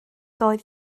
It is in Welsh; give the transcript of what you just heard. doedd